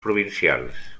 provincials